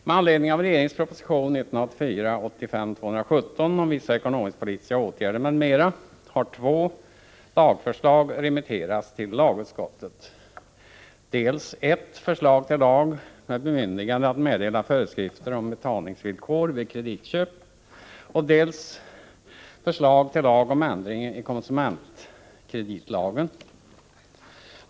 Med anledning av regeringens proposition 1984/85:217 om vissa ekonomisk-politiska åtgärder m.m. har två lagförslag remitterats till lagutskottet — dels förslag till lag med bemyndigande att meddela föreskrifter om betalningsvillkor vid kreditköp, dels förslag till lag om ändring i konsumentkreditlagen.